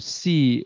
see